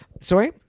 Sorry